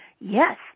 yes